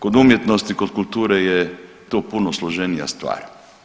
Kod umjetnosti, kod kulture je to puno složenija stvar.